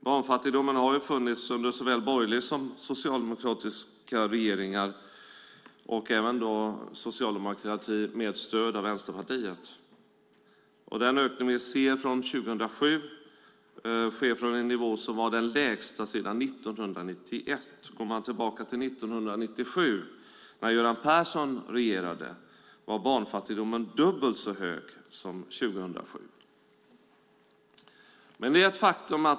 Barnfattigdom har funnits under såväl borgerliga som socialdemokratiska regeringar stödda av Vänsterpartiet. Den ökning vi ser från 2007 sker från en nivå som var den lägsta sedan 1991. Går man tillbaka till 1997, när Göran Persson regerade, var barnfattigdomen dubbelt så hög som 2007.